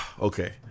okay